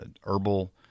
herbal